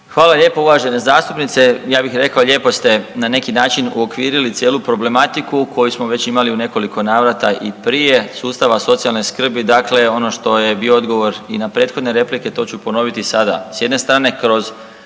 Hvala lijepo uvažena zastupnice. Ja bih rekao lijepo ste na neki način uokvirili cijelu problematiku koju smo već imali u nekoliko navrata i prije sustava socijalne skrbi. Dakle, ono što je bio odgovor i na prethodne replike to ću ponoviti i sada.